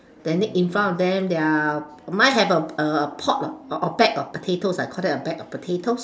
then in front of them there are mine have a a pot or bag of potatoes I call that a bag of potatoes